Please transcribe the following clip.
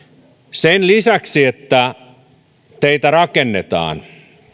sen lisäksi että teitä rakennetaan